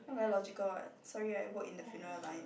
not very logical what sorry I work in the funeral line